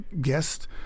guest